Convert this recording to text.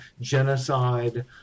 genocide